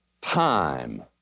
time